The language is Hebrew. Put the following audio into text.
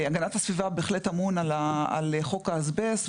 המשרד להגנת הסביבה בהחלט אמון על חוק האסבסט,